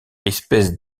espèce